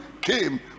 came